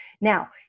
Now